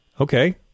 Okay